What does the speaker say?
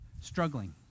struggling